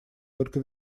только